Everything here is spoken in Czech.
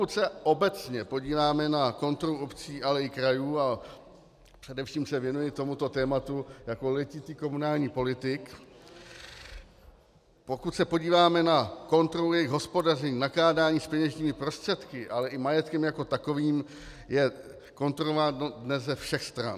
Pokud se obecně podíváme na kontrolu obcí, ale i krajů, a především se věnuji tomuto tématu jako letitý komunální politik, pokud se podíváme na kontrolu jejich hospodaření, nakládání s peněžními prostředky, ale i majetkem jako takovým, je kontrolováno ze všech stran.